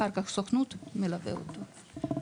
אחר כך הסוכנות מלווה אותו,